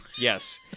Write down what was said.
Yes